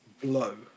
blow